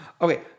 Okay